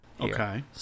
Okay